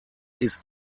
ist